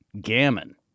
Gammon